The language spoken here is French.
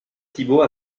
thibault